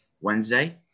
Wednesday